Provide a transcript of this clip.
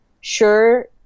Sure